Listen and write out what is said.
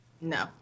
No